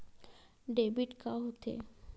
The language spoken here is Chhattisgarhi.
डेबिट का होथे?